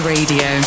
Radio